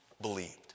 believed